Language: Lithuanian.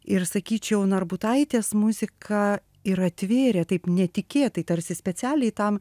ir sakyčiau narbutaitės muzika ir atvėrė taip netikėtai tarsi specialiai tam